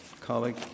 colleague